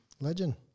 Legend